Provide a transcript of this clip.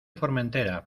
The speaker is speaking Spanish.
formentera